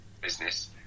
business